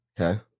Okay